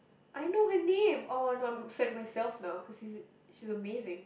I know her name orh no I'm sad of myself now cause she's she's amazing